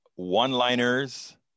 One-liners